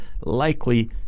likely